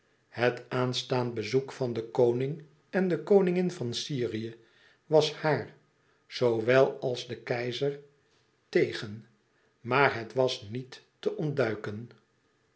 het aanstaand bezoek van den koning en de koningin van syrië was haar zoowel als den keizer tegen maar het was niet te ontduiken